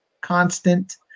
constant